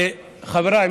חבריי,